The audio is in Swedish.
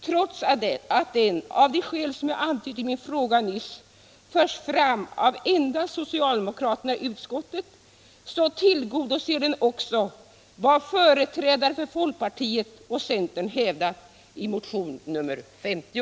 Trots att denna — av de skäl jag antytt med min fråga nyss — förs fram endast av socialdemokraterna i utskottet tillgodoser den också vad företrädare för folkpartiet och centern hävdat i motionen 50.